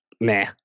Meh